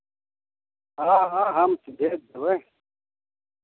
हँ हँ हम भेज देबै